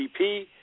GDP